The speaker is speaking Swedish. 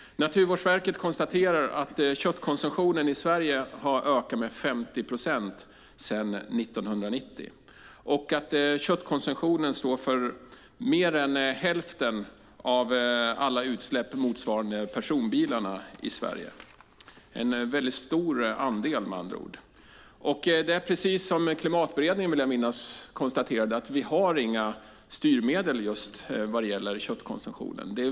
Naturvårdsverket konstaterar att köttkonsumtionen i Sverige har ökat med 50 procent sedan 1990 och att köttkonsumtionen står för mer än hälften av alla utsläpp motsvarande personbilarna i Sverige. Det är med andra ord en väldigt stor andel. Det är precis som, vill jag minnas, Klimatberedningen konstaterade, att vi just inte har några styrmedel vad gäller köttkonsumtionen.